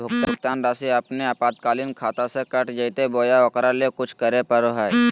भुक्तान रासि अपने आपातकालीन खाता से कट जैतैय बोया ओकरा ले कुछ करे परो है?